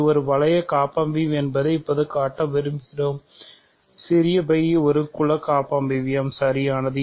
இது ஒரு வளைய காப்பமைவியம் என்பதை இப்போது காட்ட விரும்புகிறோம் சிறிய φ ஒரு குல காப்பமைவியம் சரியானது